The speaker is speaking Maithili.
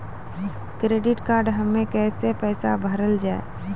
क्रेडिट कार्ड हम्मे कैसे पैसा भरल जाए?